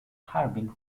harbin